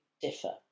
differ